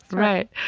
right.